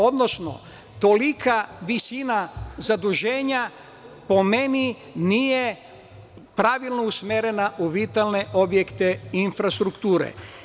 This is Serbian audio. Odnosno, tolika visina zaduženja po meni nije pravilno usmerena u vitalne objekte infrastrukture.